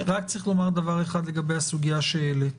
רק צריך לומר דבר אחד לגבי הסוגיה שהעלית